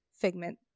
Figment